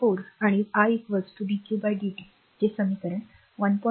4 आणि i dq dt जे समीकरण 1